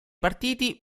partiti